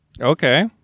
Okay